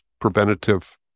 preventative